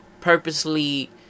purposely